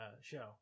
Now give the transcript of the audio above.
show